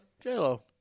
J-Lo